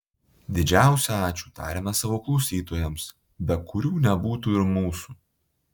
didžiausią ačiū tariame savo klausytojams be kurių nebūtų ir mūsų